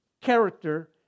character